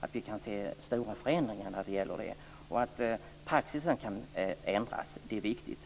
att vi kan förvänta oss stora förändringar när det gäller belastningsskador. Att praxis sedan kan ändras är också viktigt.